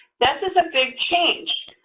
this is a big change.